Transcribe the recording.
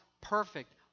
perfect